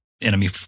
enemy